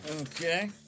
Okay